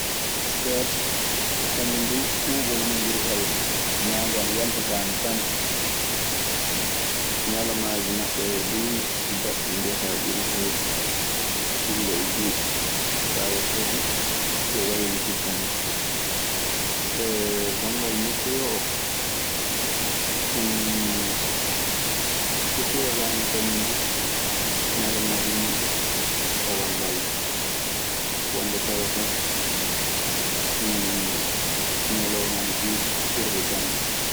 Sueed kañum duu ɓuuɓol mun ɓuri heewde, naange ana yalta kaa ana fanɗi. Ñalawmaaji maɓɓe duu, daɓɓi mbiyataa ɓuri heewde illa e juutɗi. Kaa wakkati ɗun waylititto non. Banngal metteyoo oo, sikke fuu walaa hen kañun du ñalamaaji muuɗun tawan ngaldaa. Won nde tawataa ñalawma ana juuti ɓurde jamma.